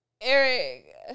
Eric